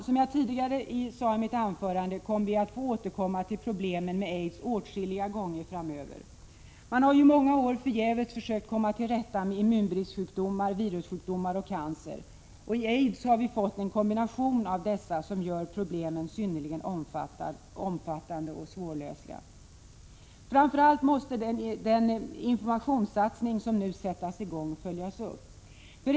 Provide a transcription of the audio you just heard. Som jag sade tidigare i mitt anförande kommer vi att få återkomma till problemen med aids åtskilliga gånger framöver. Man har i 13 många år förgäves försökt komma till rätta med immunbristsjukdomar, virussjukdomar och cancer. I aids har vi fått en kombination av dessa, som gör problemen synnerligen omfattande och svårlösliga. Framför allt måste den informationssatsning man nu påbörjat följas upp.